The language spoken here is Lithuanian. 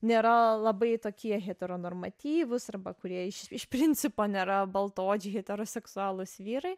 nėra labai tokie heteronormatyvūs arba kurie iš principo nėra baltaodžiai heteroseksualūs vyrai